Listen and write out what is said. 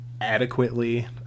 adequately